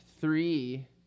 three